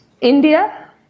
India